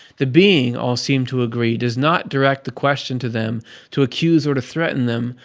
the being, all seem to agree, does not direct the question to them to accuse or to threaten them,